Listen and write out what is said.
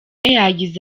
yagize